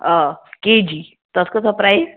آ کے جی تَتھ کٲژاہ پرٛایِس